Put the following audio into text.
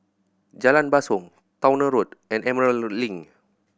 Jalan Basong Towner Road and Emerald Link